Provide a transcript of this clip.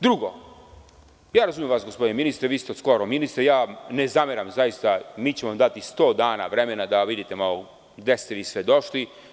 Drugo, razumem vas, gospodine ministre, vi ste od skora ministar i zaista ne zameram, mi ćemo vam dati sto dana vremena da vidite malo gde ste vi sve došli.